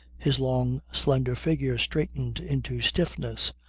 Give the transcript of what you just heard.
his long, slender figure straightened into stiffness,